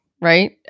right